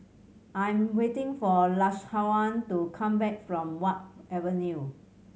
I am waiting for Lashawn to come back from Wharf Avenue